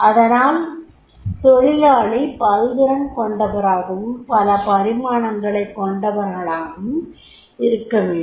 அதனால் தொழிலாளி பல்திறன் கொண்டவராகவும் பல பரிமாணங்களைக் கொண்டவராகவும் இருக்கவேண்டும்